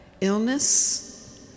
illness